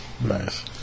Nice